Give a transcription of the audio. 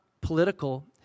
political